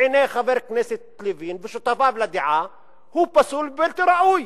בעיני חבר הכנסת לוין ושותפיו לדעה הוא פסול ובלתי ראוי,